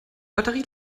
batterie